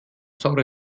saure